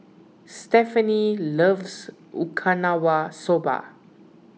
Stefani loves Okinawa Soba